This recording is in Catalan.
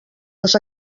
les